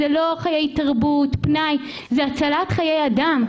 זה לא חיי תרבות, פנאי זאת הצלת חיי אדם.